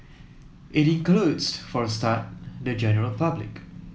it includes for a start the general public